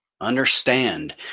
understand